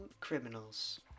criminals